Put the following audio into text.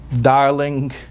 darling